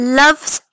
loves